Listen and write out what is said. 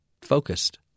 focused